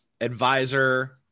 advisor